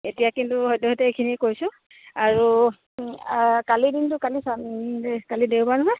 এতিয়া কিন্তু সদ্যহতে এইখিনিয়ে কৈছোঁ আৰু কালি দিনটো কালি চাম কালি দেওবাৰ নহয়